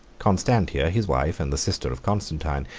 constantia, his wife, and the sister of constantine,